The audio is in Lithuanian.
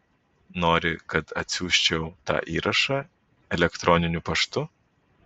nori kad atsiųsčiau tą įrašą elektroniniu paštu